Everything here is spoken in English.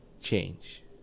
change